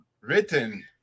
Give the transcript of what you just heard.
written